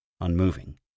unmoving